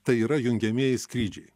tai yra jungiamieji skrydžiai